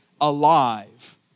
alive